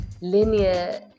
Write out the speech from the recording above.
linear